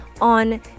on